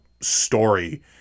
story